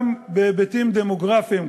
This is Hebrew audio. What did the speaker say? גם בהיבטים דמוגרפיים.